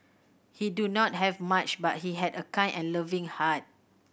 he do not have much but he had a kind and loving heart